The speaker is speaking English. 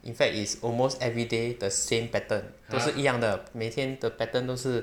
in fact is almost everyday the same pattern 都是一样的每天 the pattern 都是